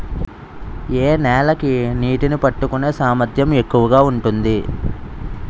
ఏ నేల కి నీటినీ పట్టుకునే సామర్థ్యం ఎక్కువ ఉంటుంది?